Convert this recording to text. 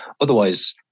Otherwise